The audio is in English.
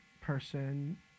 person